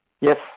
Yes